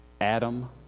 Adam